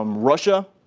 um russia,